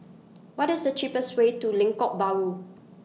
What IS The cheapest Way to Lengkok Bahru